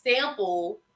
sample